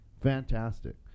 Fantastic